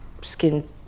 skin